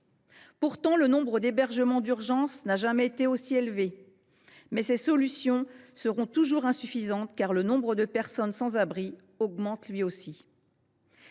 Pourtant, le nombre d’hébergements d’urgence n’a jamais été aussi élevé. Mais ces solutions seront toujours insuffisantes, car le nombre de personnes sans abri augmente lui aussi.